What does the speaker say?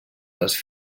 les